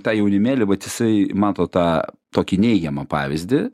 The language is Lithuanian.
tą jaunimėlį vat jisai mato tą tokį neigiamą pavyzdį